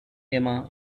emma